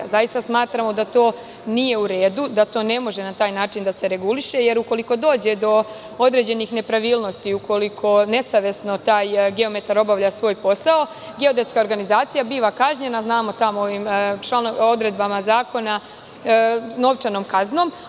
Zaista smatramo da to nije u redu, da to ne može na taj način da se reguliše, jer ukoliko dođe do određenih nepravilnosti, ukoliko nesavesno taj geometar obavlja svoj posao, geodetska organizacija biva kažnjena odredbama zakona novčanom kaznom.